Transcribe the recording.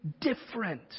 different